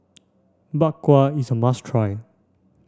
Bak Kwa is a must try